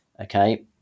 okay